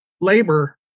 labor